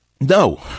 No